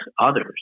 others